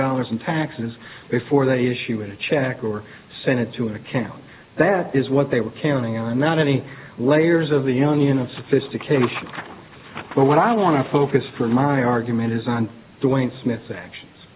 dollars in taxes before they issue a check or send it to an account that is what they were counting on not any layers of the union of sophistication but what i want to focus for my argument is on doing smith's actions